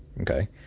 Okay